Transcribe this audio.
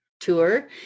tour